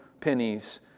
pennies